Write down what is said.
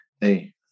Hey